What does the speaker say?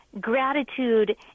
gratitude